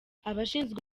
abashinzwe